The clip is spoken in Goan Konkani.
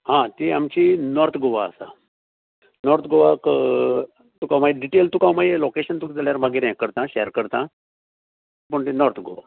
हां ती आमची नाॅर्थ गोवा आसा नाॅर्थ गोवाक तुकां मागीर डिटेल तुकां हांव मागीर लाॅकेशन तुकां जाल्यार मागीर हें करतां शेर करतां पणजे नाॅर्थ गोवा